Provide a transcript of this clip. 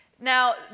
Now